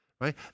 right